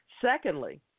Secondly